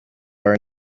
are